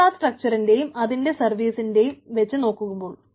ഇൻഫ്രാട്രക്ചറിനേയും അതിന്റെ സർവീസിനേയും വച്ച് നോക്കുമ്പോൾ